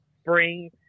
spring